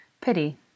Pity